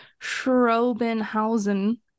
Schrobenhausen